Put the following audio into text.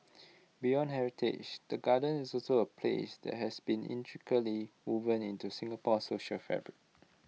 beyond heritage the gardens is also A place that has been intricately woven into Singapore's social fabric